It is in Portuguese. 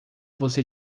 você